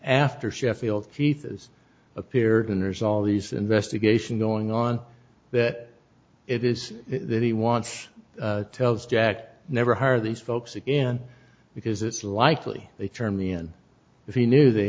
after sheffield keith has appeared and there's all these investigation going on that it is that he wants tells jack never hire these folks again because it's likely they turned the in if he knew they